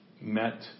met